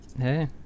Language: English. Hey